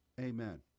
Amen